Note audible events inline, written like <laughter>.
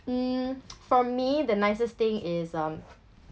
mm <noise> for me the nicest thing is um